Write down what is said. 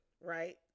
right